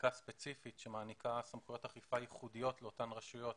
חקיקה ספציפית שמעניקה סמכויות אכיפה ייחודיות לאותן רשויות